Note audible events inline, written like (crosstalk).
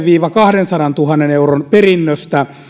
(unintelligible) viiva kahdensadantuhannen euron perinnöstä